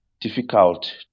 difficult